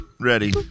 Ready